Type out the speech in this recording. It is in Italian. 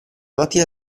mattina